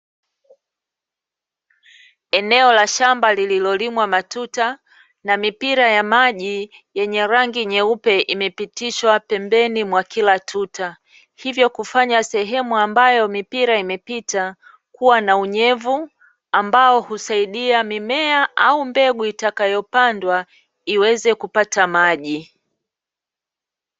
Eneo la shamba lililolimwa matuta na mipira ya maji yenye rangi nyeupe imepitishwa pembeni mwa kila tuta, hivyo kufanya sehemu ambayo mipira imepita kuwa na unyevu ambao husaidia mimea au mbegu itakayopandwa iweze kupata maji.